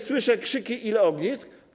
Słyszę krzyki: ile ognisk.